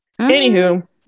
Anywho